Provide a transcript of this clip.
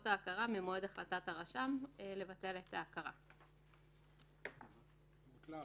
הוא יכול להגיש בקשה לבטל את ההכרה באותו חייב.